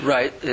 Right